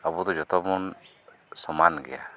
ᱟᱵᱚ ᱫᱚ ᱡᱚᱛᱚ ᱵᱚᱱ ᱥᱚᱢᱟᱱ ᱜᱮᱭᱟ